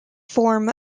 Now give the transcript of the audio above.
form